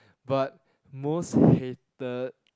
but most hated